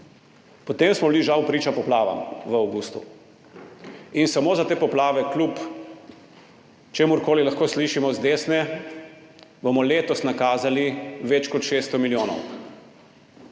Potem smo bili žal priča poplavam, v avgustu. In samo za te poplave, kljub čemurkoli, kar lahko slišimo z desne, bomo letos nakazali več kot 600 milijonov.